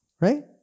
Right